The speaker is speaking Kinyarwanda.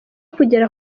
kugera